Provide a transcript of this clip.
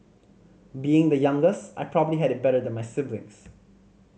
being the youngest I probably had it better than my siblings